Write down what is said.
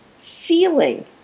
feeling